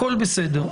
הכול בסדר.